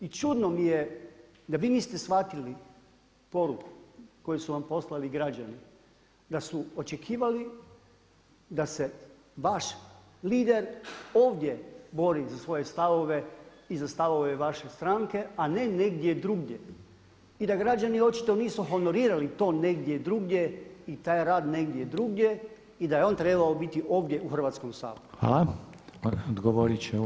I čudno mi je da vi niste shvatili poruku koju su vam poslali građani da su očekivali da se vaš lider ovdje bori za svoje stavove i za stavove vaše stranke a ne negdje drugdje i da građani očito nisu honorirali to negdje drugdje i taj rad negdje drugdje i da je on trebao biti ovdje u Hrvatskom saboru.